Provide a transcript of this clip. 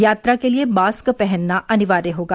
यात्रा के लिए मास्क पहनना अनिवार्य होगा